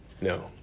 no